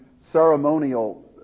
ceremonial